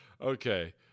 Okay